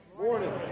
morning